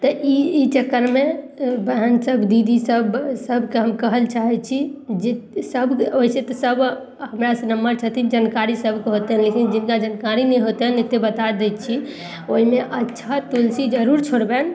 तऽ ई ई चक्करमे बहन सभ दीदी सभ सभके हम कहय लए चाहय छी जे सभ ओइसँ तऽ सभ हमरासँ नमहर छथिन जानकारी सभके होतनि लेकिन जिनका जानकारी नहि होतनि एते बता दै छी ओइमे अच्छत तुलसी जरूर दबनि